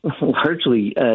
largely